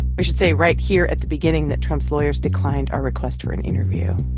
we should say right here at the beginning that trump's lawyers declined our request for an interview